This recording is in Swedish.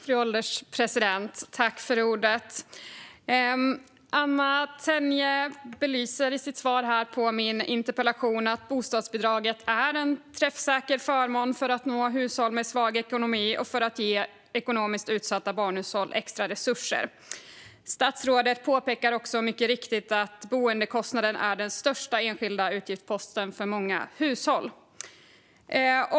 Fru ålderspresident! Anna Tenje belyser i sitt svar på min interpellation att bostadsbidraget är en träffsäker förmån för att nå hushåll med svag ekonomi och för att ge ekonomiskt utsatta barnhushåll extra resurser. Statsrådet påpekar också mycket riktigt att boendekostnaden är den största enskilda utgiftsposten för många hushåll.